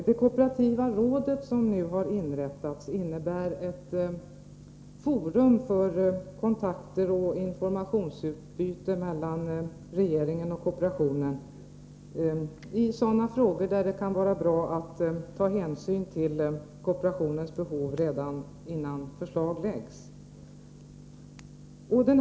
Det kooperativa råd som nu har inrättats innebär ett forum för kontakter och informationsutbyte mellan regeringen och kooperationen i sådana frågor där det kan vara bra att ta hänsyn till kooperationens behov redan innan förslag läggs fram.